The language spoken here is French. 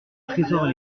trésors